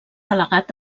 delegat